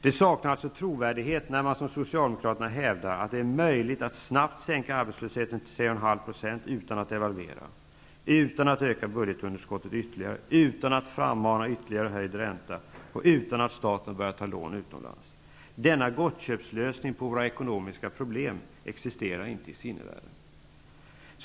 Det saknar alltså trovärdighet, när man som Socialdemokraterna hävdar att det är möjligt att snabbt sänka arbetslösheten till 3,5 % utan att devalvera, utan att ytterligare öka budgetunderskottet, utan att frammana ytterligare höjd ränta och utan att staten tar upp lån utomlands. Denna gottköpslösning på våra ekonomiska problem existerar inte i sinnevärlden.